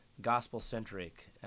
gospel-centric